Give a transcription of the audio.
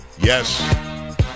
yes